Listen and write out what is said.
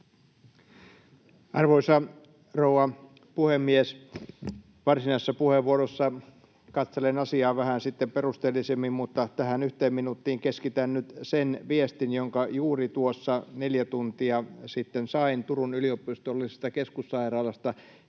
Arvoisa rouva puhemies! Varsinaisessa puheenvuorossa katselen asiaa sitten vähän perusteellisemmin, mutta tähän 1 minuuttiin keskitän nyt sen viestin, jonka juuri tuossa 4 tuntia sitten sain Turun yliopistollisesta keskussairaalasta